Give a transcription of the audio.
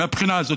מהבחינה הזאת.